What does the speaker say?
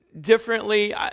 differently